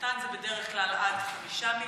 קטן זה בדרך כלל עד 5 מיליון,